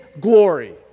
glory